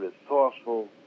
resourceful